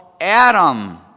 Adam